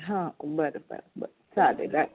हां बरं बरं बरं चालेलाय